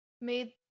made